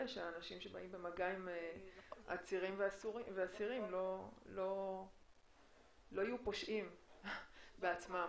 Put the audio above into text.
שהאנשים שבאים במגע עם עצירים ואסירים לא יהיו פושעים בעצמם.